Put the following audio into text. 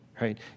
right